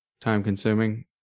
time-consuming